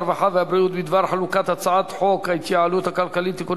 הרווחה והבריאות בדבר חלוקת הצעת חוק ההתייעלות הכלכלית (תיקוני